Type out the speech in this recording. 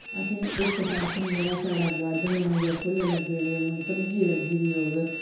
असें गी इक ते असें गी जेह्ड़ा साढ़ा गार्डन होग फुल लग्गे होगङन सब्जी लग्गी दी होग